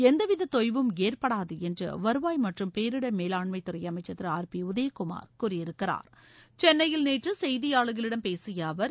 எந்தவித தொய்வும் ஏற்படாது என்று வருவாய் மற்றும் பேரிடர் மேலாண்மைத்துறை அமைச்சர் திரு ஆர் பி உதயகுமார் கூறியிருக்கிறார் சென்னையில் நேற்று கசெய்தியாளர்களிடம் பேசிய அவர்